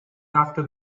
after